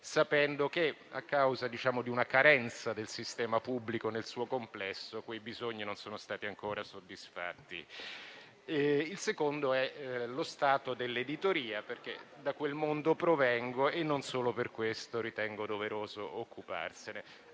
sapendo che, a causa di una carenza del sistema pubblico nel suo complesso, i loro bisogni non sono stati ancora soddisfatti. Il secondo riguarda lo stato dell'editoria, che è il mondo da cui provengo e non solo per questo ritengo doveroso occuparmene.